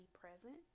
present